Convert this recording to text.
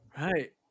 Right